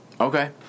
Okay